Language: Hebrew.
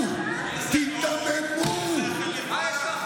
כי זה צבע